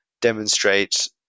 demonstrate